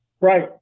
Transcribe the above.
Right